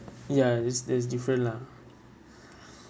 ya this is different lah